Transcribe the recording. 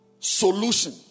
Solution